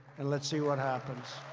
and let's see what happens.